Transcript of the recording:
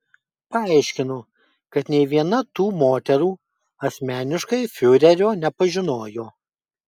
paaiškinu kad nė viena tų moterų asmeniškai fiurerio nepažinojo